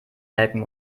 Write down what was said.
melken